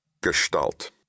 Gestalt